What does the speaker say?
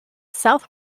south